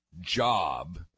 job